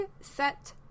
set